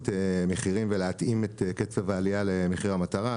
מחירים ולהתאים את קצב העלייה למחיר המטרה.